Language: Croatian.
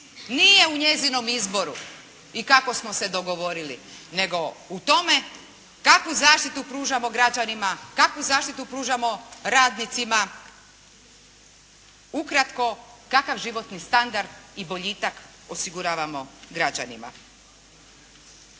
nije u njezinom izboru i kako smo se dogovorili nego u tome kakvu zaštitu pružamo građanima, kakvu zaštitu pružamo radnicima, ukratko kakav životni standard i boljitak osiguravamo građanima.